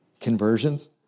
conversions